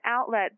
outlet